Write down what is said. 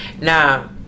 Now